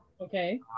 Okay